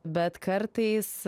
bet kartais